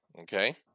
Okay